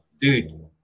dude